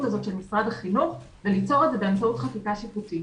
הזאת של משרד החינוך וליצור את זה באמצעות חקיקה שיפוטית.